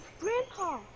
Grandpa